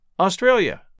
Australia